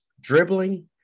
dribbling